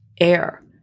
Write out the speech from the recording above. air